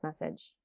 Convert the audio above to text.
message